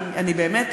אני באמת,